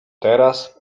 teraz